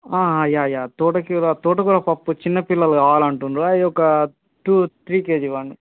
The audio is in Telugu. యా యా తోటికీర తోటకూర పప్పు చిన్నపిల్లలు కావాలంటుడ్రు అవి ఒక టూ త్రీ కేజీ ఇవ్వండి